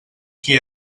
qui